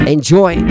Enjoy